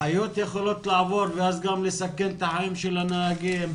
חיות יכולות לעבור ואז גם לסכן את החיים של הנהגים.